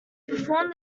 perform